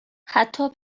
حتی